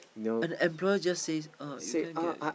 and employer just says oh you can't get